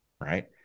right